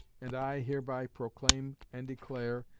and i hereby proclaim and declare,